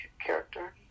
character